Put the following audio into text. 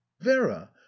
vera